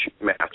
match